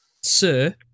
Sir